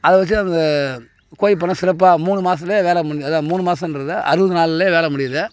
அதை வச்சு அவங்க கோழிப்பண்ணை சிறப்பாக மூணு மாசத்திலே வேலை முடிஞ்சிடும் அதுதான் மூணு மாசன்றதில் அறுபது நாளிலே வேலை முடியுது